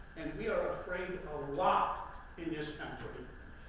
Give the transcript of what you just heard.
and we are afraid a lot in this country,